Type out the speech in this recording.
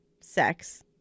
sex